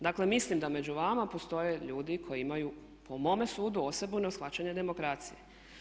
Dakle, mislim da među vama postoje ljudi koji imaju po mome sudu osebujno shvaćanje demokracije.